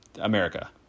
America